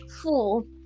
Fool